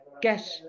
get